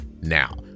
now